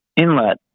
inlet